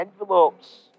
envelopes